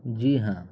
جی ہاں